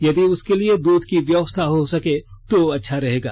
यदि उसके लिए दूध की व्यवस्था हो सके तो अच्छा रहेगा